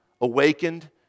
awakened